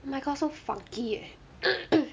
my god so funky eh